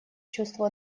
чувству